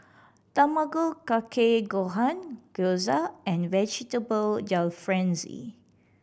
Tamago Kake Gohan Gyoza and Vegetable Jalfrezi